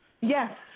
Yes